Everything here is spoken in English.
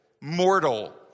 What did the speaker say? mortal